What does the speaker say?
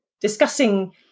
discussing